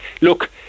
look